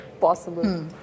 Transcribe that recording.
possible